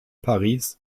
paris